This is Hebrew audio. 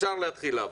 אפשר להתחיל לעבוד,